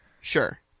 Sure